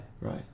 Right